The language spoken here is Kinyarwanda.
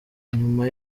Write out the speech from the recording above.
nyuma